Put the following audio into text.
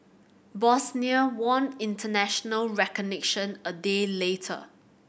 Bosnia won international recognition a day later